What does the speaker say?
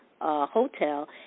Hotel